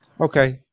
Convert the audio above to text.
Okay